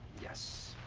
yes.